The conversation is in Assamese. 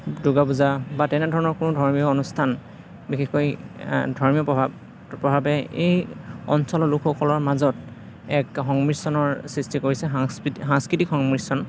দুৰ্গা পূজা বা তেনেধৰণৰ কোনো ধৰ্মীয় অনুষ্ঠান বিশেষকৈ ধৰ্মীয় প্ৰভাৱ প্ৰভাৱে এই অঞ্চলৰ লোকসকলৰ মাজত এক সংমিশ্ৰণৰ সৃষ্টি কৰিছে সাংস্কৃতিক সংমিশ্ৰণ